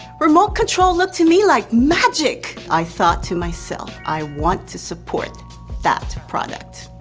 remote control looked to me like magic! i thought to myself, i want to support that product.